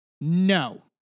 no